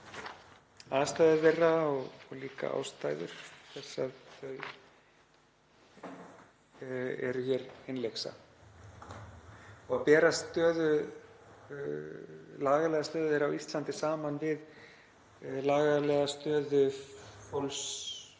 aðstæður þeirra og líka ástæður þess að þau eru innlyksa og til að bera lagalega stöðu þeirra á Íslandi saman við lagalega stöðu fólks